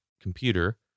computer